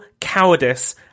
cowardice